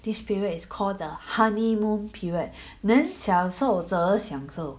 this period is called the honeymoon period then 享受着享受